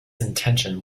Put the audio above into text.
intention